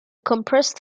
compressed